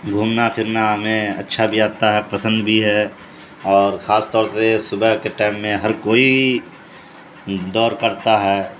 گھومنا پھرنا ہمیں اچھا بھی آتا ہے پسند بھی ہے اور خاص طور سے صبح کے ٹائم میں ہر کوئی دور کرتا ہے